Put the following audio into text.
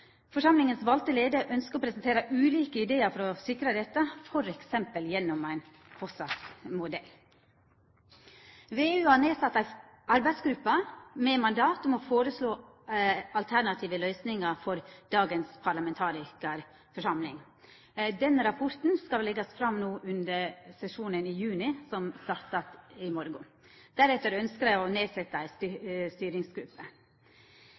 Forsamlingas valde leiar ønskjer å presentera ulike idear for å sikra dette, t.d. gjennom ein COSAC-modell. VEU har sett ned ei arbeidsgruppe med mandat til å føreslå alternative løysingar for dagens parlamentarikarforsamling. Denne rapporten skal leggjast fram no under sesjonen i juni, som startar i morgon. Deretter ønskjer dei å setja ned ei